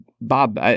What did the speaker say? Bob